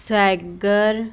Sengar